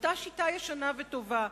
אותה שיטה ישנה וטובה.